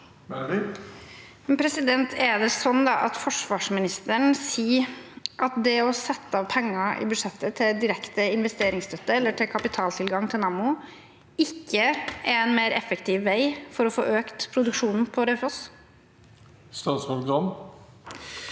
Er det da sånn at for- svarsministeren sier at det å sette av penger i budsjettet til direkte investeringsstøtte eller kapitaltilgang til Nammo ikke er en mer effektiv vei for å få økt produksjonen på Raufoss? Statsråd